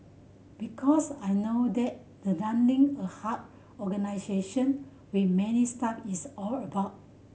because I know that the running a organisation with many staff is all about